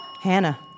Hannah